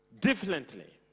differently